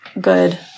good